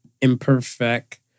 Imperfect